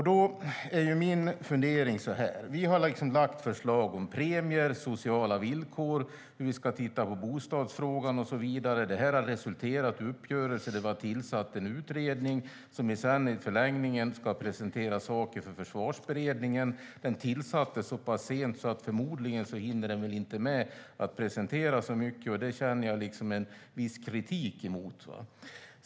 Då är min fundering så här: Vi har lagt fram förslag om premier, sociala villkor, hur vi ska titta på bostadsfrågan och så vidare. Det här har resulterat i uppgörelser. En utredning tillsattes som sedan i förlängningen ska presentera saker för Försvarsberedningen. Den tillsattes så pass sent att den förmodligen inte hinner med att presentera så mycket. Jag är kritisk mot det.